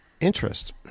interest